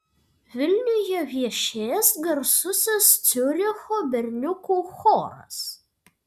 vilniuje viešės garsusis ciuricho berniukų choras